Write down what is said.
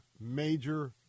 major